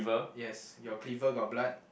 yes your clever got blood